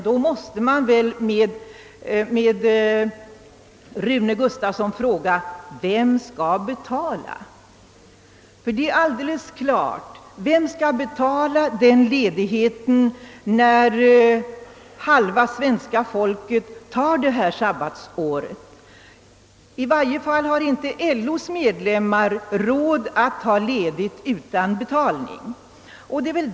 Då måste man väl med herr Gustavsson i Alvesta fråga: Vem skall betala denna ledighet när halva svenska folket tar sabbatsår? I varje fall har inte LO:s medlemmar råd att ta ledigt utan betalning.